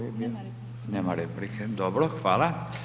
Nema replike, dobro hvala.